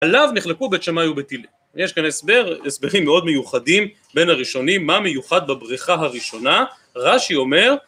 עליו נחלקו בית שמאי ובית הילל. יש כאן הסבר, הסברים מאוד מיוחדים בין הראשונים, מה מיוחד בבריכה הראשונה, רשי״ אומר